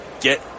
get